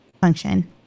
function